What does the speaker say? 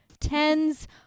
Tens